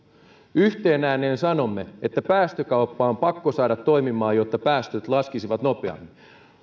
yhteen ääneen sanomme että päästökauppa on pakko saada toimimaan jotta päästöt laskisivat nopeammin